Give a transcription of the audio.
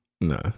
No